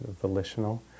volitional